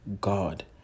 God